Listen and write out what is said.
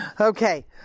Okay